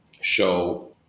show